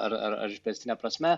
ar ar ar išplėstine prasme